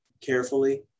carefully